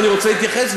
ואני רוצה להתייחס,